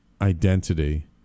identity